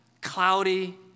cloudy